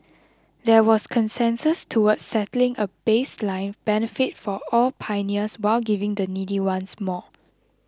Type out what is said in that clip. there was consensus towards setting a baseline benefit for all pioneers while giving the needy ones more